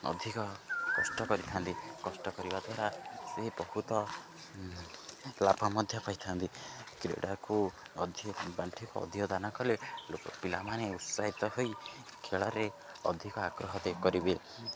ଅଧିକ କଷ୍ଟ କରିଥାନ୍ତି କଷ୍ଟ କରିବା ଦ୍ୱାରା ସେ ବହୁତ ଲାଭ ମଧ୍ୟ ପାଇଥାନ୍ତି କ୍ରୀଡ଼ାକୁ ଅଧିକ ପାଣ୍ଠି ଅଧିକ ଦାନ କଲେ ଲୋକ ପିଲାମାନେ ଉତ୍ସାହିତ ହୋଇ ଖେଳରେ ଅଧିକ ଆଗ୍ରହ ଦେ କରିବେ